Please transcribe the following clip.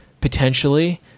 potentially